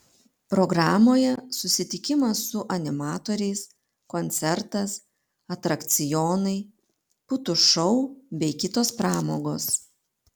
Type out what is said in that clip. programoje susitikimas su animatoriais koncertas atrakcionai putų šou bei kitos pramogos